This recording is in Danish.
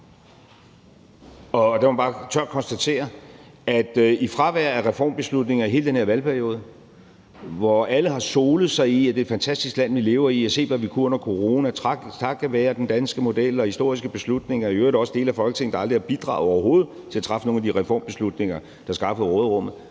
Og der må jeg bare tørt konstatere, at i fravær af reformbeslutninger i hele den her valgperiode, hvor alle har solet sig i, at det er et fantastisk land, vi lever i, og se, hvad vi kunne under corona takket være den danske model og historiske beslutninger – der er i øvrigt dele af Folketinget, der aldrig har bidraget overhovedet til at træffe nogle af de her reformbeslutninger, der skaffede råderummet